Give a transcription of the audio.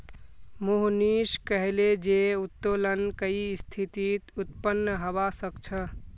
मोहनीश कहले जे उत्तोलन कई स्थितित उत्पन्न हबा सख छ